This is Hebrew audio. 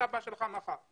סבא שלך מחר.